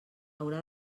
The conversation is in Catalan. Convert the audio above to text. haurà